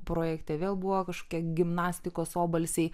projekte vėl buvo kažkokie gimnastikos obalsiai